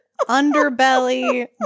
underbelly